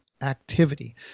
activity